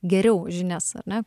geriau žinias ar ne